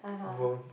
worth